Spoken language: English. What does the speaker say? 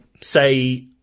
say